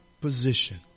position